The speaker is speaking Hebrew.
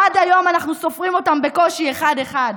עד היום אנחנו סופרים אותם בקושי, אחד-אחד.